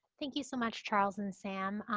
thank you so much, charles and sam.